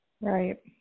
Right